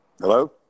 Hello